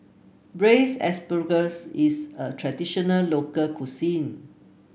Braised Asparagus is a traditional local cuisine